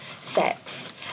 sex